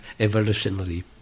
evolutionary